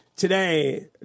Today